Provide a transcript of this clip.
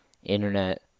Internet